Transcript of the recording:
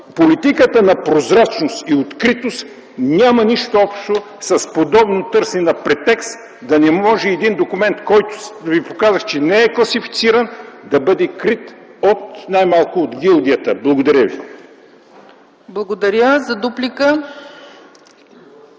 Политиката на прозрачност и откритост няма нищо общо с подобно търсене на претекст - да не може един документ, който Ви показах, че не е класифициран, да бъде крит най-малко от гилдията. Благодаря ви. ПРЕДСЕДАТЕЛ ЦЕЦКА